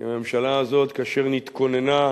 כי הממשלה הזאת, כאשר נתכוננה,